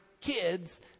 kids